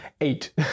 eight